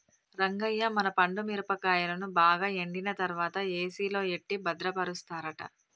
రంగయ్య మన పండు మిరపకాయలను బాగా ఎండిన తర్వాత ఏసిలో ఎట్టి భద్రపరుస్తారట